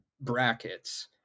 brackets